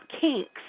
kinks